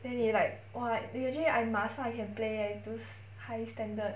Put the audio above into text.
then it's like !wah! imagine I 马上 I can play leh those high standard